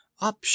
Up